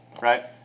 right